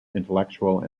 intellectual